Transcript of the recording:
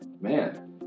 man